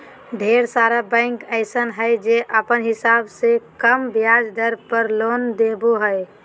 ढेर सारा बैंक अइसन हय जे अपने हिसाब से कम ब्याज दर पर लोन देबो हय